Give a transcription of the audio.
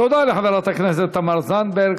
תודה לחברת הכנסת תמר זנדברג.